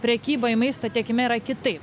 prekybai maisto tiekime yra kitaip